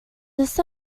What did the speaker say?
this